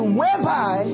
whereby